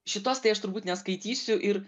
šitos tai aš turbūt neskaitysiu ir